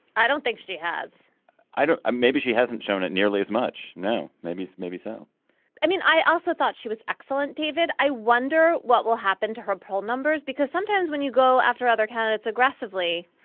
i don't think she has i. um maybe she hasn't shown it nearly as much. no. maybe. maybe so i mean, i also thought she was excellent. david. i wonder what will happen to her poll numbers, because sometimes when you go after other candidates aggressively.